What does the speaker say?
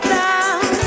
down